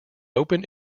open